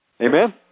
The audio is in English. Amen